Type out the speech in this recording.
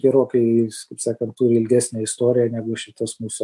gerokai kaip sakant turi ilgesnę istoriją negu šitos mūsų